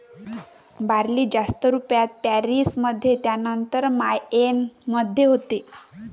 barley जास्त रुपात पेरीस मध्ये त्यानंतर मायेन मध्ये होते